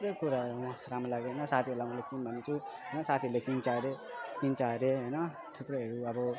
त्यही कुरा राम्रो लाग्यो होइन साथीहरूलाई मैले किन भनेको छु साथीहरूले किन्छ अरे किन्छ अरे होइन थुप्रैहरू अब